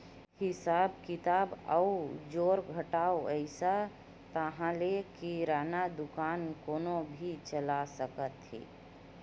हिसाब किताब अउ जोड़ घटाव अइस ताहाँले किराना दुकान कोनो भी चला सकत हे